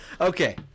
okay